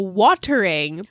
watering